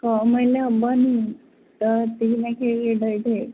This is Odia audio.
କମେଇଲେ ହବନି ଏତିକି ଲେଖେ ରେଟ୍